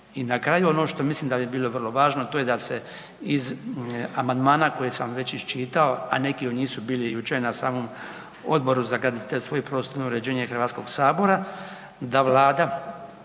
I na kraju ono što mislim da bi bilo vrlo važno, a to je da se iz amandmana koje sam već iščitao, a neki od njih su bili jučer na samom Odboru za graditeljstvo i prostorno uređenje HS da vlada